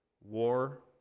war